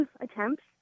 attempts